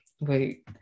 wait